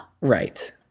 Right